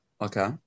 Okay